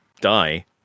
die